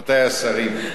רבותי השרים,